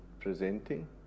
presenting